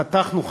חתכנו,